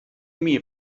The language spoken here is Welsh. imi